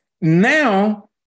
now